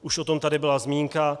Už o tom tady byla zmínka.